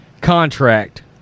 contract